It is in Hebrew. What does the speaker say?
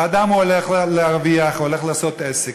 האדם הולך להרוויח, הולך לעשות עסק.